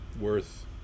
worth